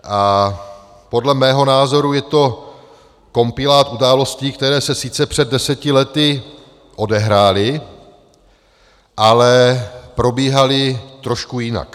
A podle mého názoru je to kompilát událostí, které se sice před deseti lety odehrály, ale probíhaly trošku jinak.